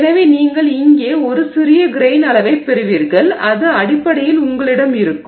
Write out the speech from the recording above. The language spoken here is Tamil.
எனவே நீங்கள் இங்கே ஒரு சிறிய கெரெய்ன் அளவைப் பெறுவீர்கள் அது அடிப்படையில் உங்களிடம் இருக்கும்